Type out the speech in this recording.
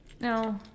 No